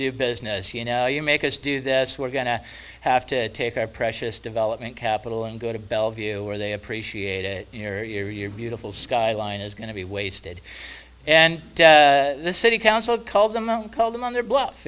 do business you know you make us do this we're going to have to take our precious development capital and go to bellevue where they appreciate it your year your beautiful skyline is going to be wasted and this city council call them out call them on their bluff